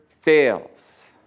fails